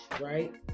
right